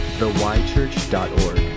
theychurch.org